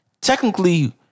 technically